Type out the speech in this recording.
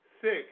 six